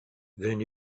then